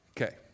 Okay